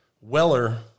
Weller